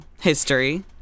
history